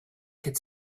could